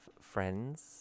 friends